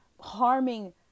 harming